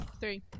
Three